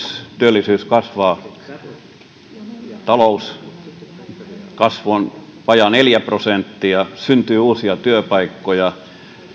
työllisyys kasvaa talouskasvu on vajaa neljä prosenttia syntyy uusia työpaikkoja